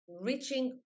reaching